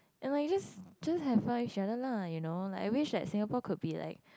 and like you just just have fun with each other lah you know like I wish that Singapore could be like